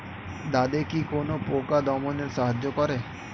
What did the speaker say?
দাদেকি কোন পোকা দমনে সাহায্য করে?